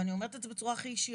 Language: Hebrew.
ואני אומרת את זה בצורה הכי ישירה,